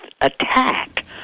attack